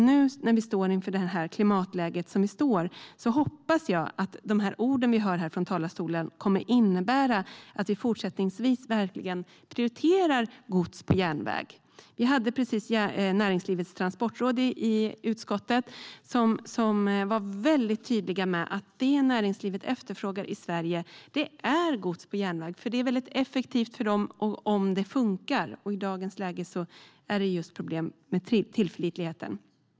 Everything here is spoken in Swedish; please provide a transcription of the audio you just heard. När vi står inför det klimatläge vi har hoppas jag att de ord vi hör här från talarstolen kommer att innebära att vi fortsättningsvis verkligen prioriterar gods på järnväg. Vi hade precis Näringslivets Transportråd i utskottet. De var väldigt tydliga med att det näringslivet i Sverige efterfrågar är gods på järnväg. Det är väldigt effektivt för dem om det fungerar. I dagens läge är det just problem med tillförlitligheten.